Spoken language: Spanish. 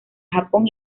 japón